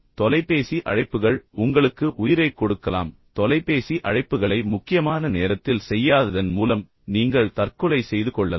இப்போது தொலைபேசி அழைப்புகள் உங்களுக்கு உயிரைக் கொடுக்கலாம் தொலைபேசி அழைப்புகளை முக்கியமான நேரத்தில் செய்யாததன் மூலம் நீங்கள் தற்கொலை செய்து கொள்ளலாம்